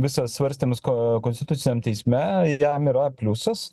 visas svarstymas ko konstituciniam teisme jam yra pliusas